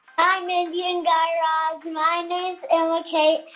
hi, mindy and guy raz. my name's emma kate.